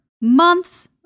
Months